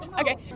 Okay